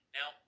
Now